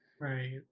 Right